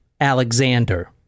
Alexander